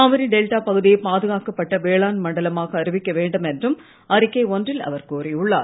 Kaveri delta பகுதியை பாதுகாக்கப் பட்ட வேளாண் மண்டலமாக அறிவிக்க வேண்டும் என்றும் அறிக்கை ஒன்றில் அவர் கோரியுள்ளார்